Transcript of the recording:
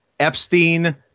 epstein